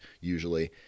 usually